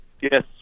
Yes